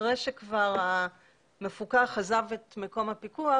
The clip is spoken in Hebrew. אחרי שהמפוקח כבר עזב את מקום הפיקוח,